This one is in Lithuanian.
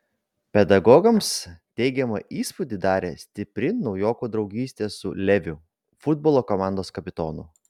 pedagogams teigiamą įspūdį darė stipri naujoko draugystė su leviu futbolo komandos kapitonu